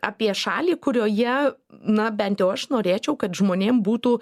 apie šalį kurioje na bent jau aš norėčiau kad žmonėm būtų